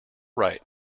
right